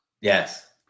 Yes